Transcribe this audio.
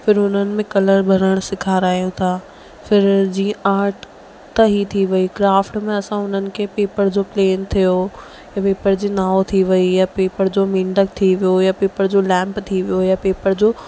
फिर हुननि में कलर भरण था सेखारायूं था फिर जीअं आर्ट त हीअ थी वई क्राफ्ट में असां हुननि खे पेपर जो प्लेन थियो ऐं पेपर जी नाव थी वई या पेपर जो मेंढक थी वियो या पेपर जो लैंप थी वियो या पेपर जो